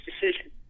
decision